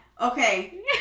Okay